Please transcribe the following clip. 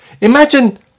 Imagine